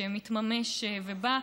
שמתממש ובא.